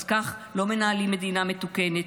אז כך לא מנהלים מדינה מתוקנת,